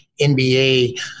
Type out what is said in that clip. NBA